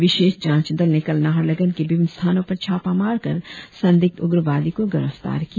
विशेष जांच दल ने कल नाहरलगुन के विभिन्न स्थानों पर छापा मारकर संदिग्ध आतंकवादी को गिरफ्तार किया